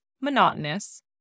monotonous